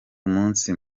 umunsi